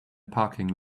parking